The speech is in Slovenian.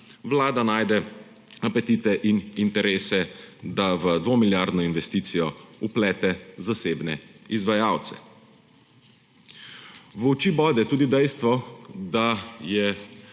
Vlada najde apetite in interese, da v dvomilijardno investicijo vplete zasebne izvajalce. V oči bode tudi dejstvo, da je